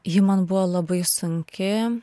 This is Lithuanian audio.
ji man buvo labai sunki